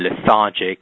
lethargic